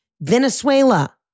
Venezuela